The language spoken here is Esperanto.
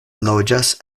loĝas